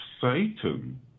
Satan